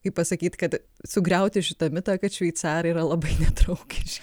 kaip pasakyt kad sugriauti šitą mitą kad šveicarai yra labai nedraugiški